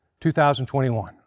2021